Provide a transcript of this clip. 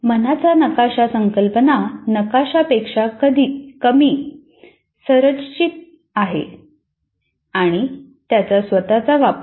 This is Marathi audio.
मनाचा नकाशा संकल्पना नकाशापेक्षा कमी संरचित आहे आणि त्याचा स्वतःचा वापर आहे